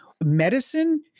Medicine